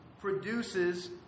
produces